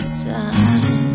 time